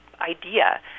idea